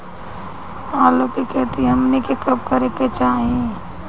आलू की खेती हमनी के कब करें के चाही?